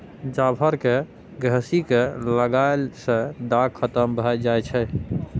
जाफर केँ घसि कय लगएला सँ दाग खतम भए जाई छै